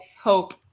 hope